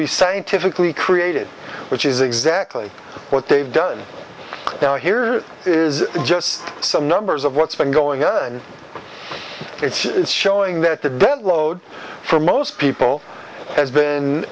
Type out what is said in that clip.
be scientifically created which is exactly what they've done now here is just some numbers of what's been going on it's showing that the dead load for most people has been